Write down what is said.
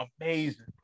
amazing